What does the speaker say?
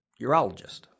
urologist